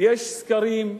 יש סקרים,